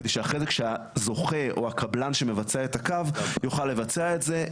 כדי שהחלק שהזוכה או הקבלן שמבצע את הקו יוכל לבצע את זה,